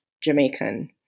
Jamaican